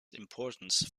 importance